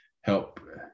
help